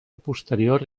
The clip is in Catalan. posterior